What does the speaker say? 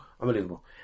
unbelievable